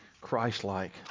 Christ-like